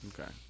Okay